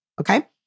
Okay